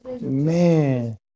Man